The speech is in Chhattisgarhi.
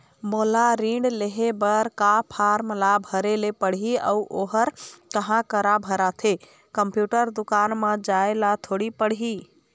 मोला ऋण लेहे बर का फार्म ला भरे ले पड़ही अऊ ओहर कहा करा भराथे, कंप्यूटर दुकान मा जाए ला थोड़ी पड़ही?